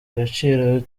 agaciro